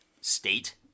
state